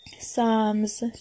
Psalms